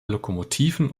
lokomotiven